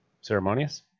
ceremonious